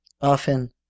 often